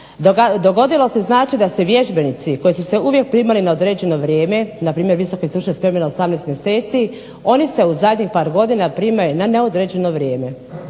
Dogodilo se, znači da se vježbenici koji su se uvijek primali na određeno vrijeme na primjer visoke stručne spreme na 18 mjeseci oni se u zadnjih par godina primaju na neodređeno vrijeme.